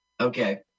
Okay